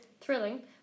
thrilling